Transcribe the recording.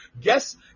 guess